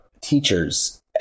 teachers